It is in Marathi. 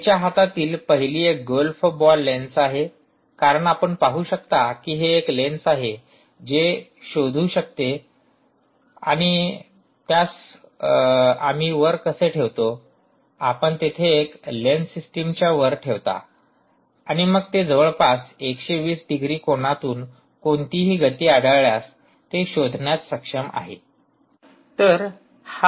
तिच्या हातातली पहिली एक गोल्फ बॉल लेन्स आहे कारण आपण पाहू शकता की हे एक लेन्स आहे जे शोधून देते आणि आम्ही त्यास वर कसे ठेवतो आपण तेथे लेन्स सिस्टमच्या वर ठेवता आणि मग ते जवळपास 120 डिग्री कोनातून कोणतीही गती आढळल्यास ते शोधण्यात सक्षम आहे